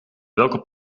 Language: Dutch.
welke